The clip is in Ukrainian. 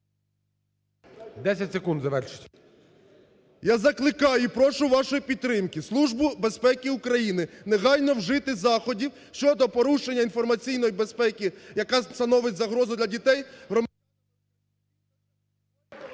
Я закликаю і прошу вашої підтримки, Службу безпеки України негайно вжити заходів щодо порушення інформаційної безпеки, яка становить загрозу для дітей…